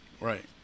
Right